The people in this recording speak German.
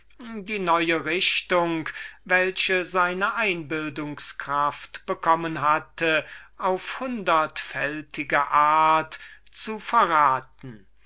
die neue wendung welche seine einbildungskraft bekommen hatte auf hundertfältige art zu verraten